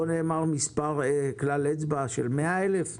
כאן נאמר כלל אצבע של 100 אלף שקלים.